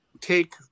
take